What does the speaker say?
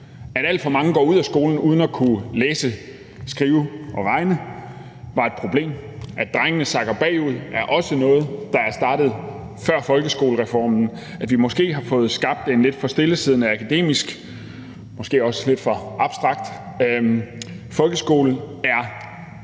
At alt for mange går ud af skolen uden at kunne læse, skrive og regne, var et problem. At drengene sakker bagud, er også noget, der er startet før folkeskolereformen. At vi måske har fået skabt en lidt for stillesiddende, akademisk og måske også lidt for abstrakt folkeskole, er